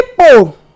people